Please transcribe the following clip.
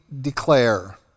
declare